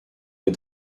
les